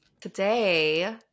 Today